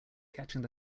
catching